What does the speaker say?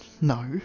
No